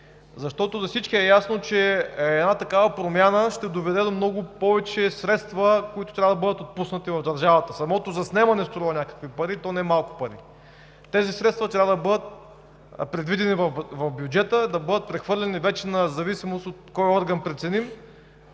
анализ. За всички е ясно, че една такава промяна ще доведе до много повече средства, които трябва да бъдат отпуснати в държавата – самото заснемане струва някакви пари, и то немалко. Тези средства трябва да бъдат предвидени в бюджета, да бъдат прехвърлени – в зависимост кой орган преценим,